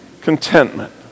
Contentment